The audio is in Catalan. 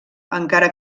encara